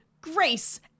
Grace